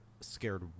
scared